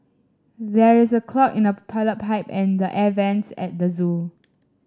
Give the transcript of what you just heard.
there is a clog in the toilet pipe and the air vents at the zoo